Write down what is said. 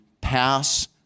pass